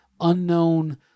unknown